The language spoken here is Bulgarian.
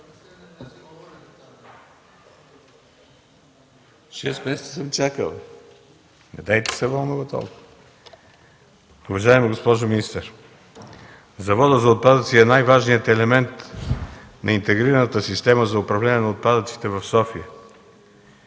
Шест месеца съм чакал, недейте се вълнува толкова. Уважаема госпожо министър, Заводът за отпадъци е най-важният елемент на интегрираната система за управление на отпадъците в София.